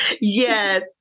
Yes